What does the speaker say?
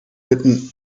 bitten